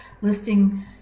listing